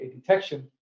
detection